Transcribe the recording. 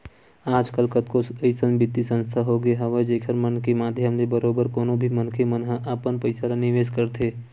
आजकल कतको अइसन बित्तीय संस्था होगे हवय जेखर मन के माधियम ले बरोबर कोनो भी मनखे मन ह अपन पइसा ल निवेस करथे